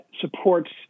supports